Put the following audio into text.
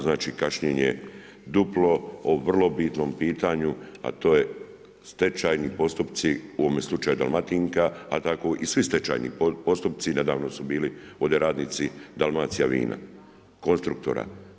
Znači kašnjenje duplo o vrlo bitnom pitanju, a to je stečajni postupci u ovome slučaju Dalmatinka, a tako i svi stečajni postupci, nedavno su bili i ovdje radnici Dalmacija vina, konstruktora.